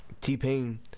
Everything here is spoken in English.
T-Pain